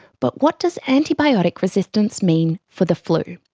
but what does antibiotic resistance mean for the flu?